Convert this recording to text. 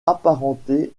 apparentés